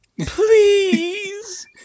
Please